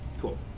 Cool